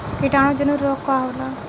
कीटाणु जनित रोग का होला?